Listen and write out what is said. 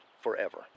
forever